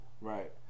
Right